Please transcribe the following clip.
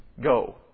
go